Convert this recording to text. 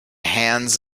hands